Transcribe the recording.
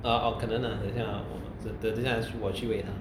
oh uh 可能啊等一下等一下我去喂它